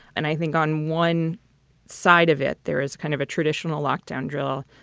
and i think on one side of it, there is kind of a traditional lockdown drill,